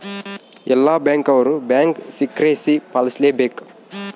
ಎಲ್ಲ ಬ್ಯಾಂಕ್ ಅವ್ರು bank secrecy ಪಾಲಿಸಲೇ ಬೇಕ